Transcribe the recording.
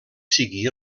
sigui